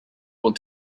will